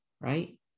right